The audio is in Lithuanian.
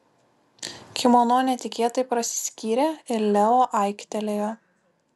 kimono netikėtai prasiskyrė ir leo aiktelėjo